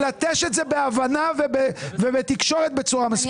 ללטש את זה בהבנה ובתקשורת בצורה מספיק טובה.